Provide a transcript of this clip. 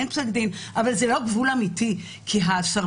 אין פסק דין אבל זה לא גבול אמיתי כי סרבנות